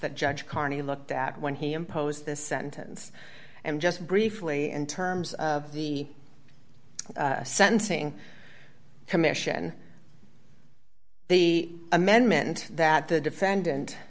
that judge carney looked at when he imposed this sentence and just briefly in terms of the sentencing commission the amendment that the defendant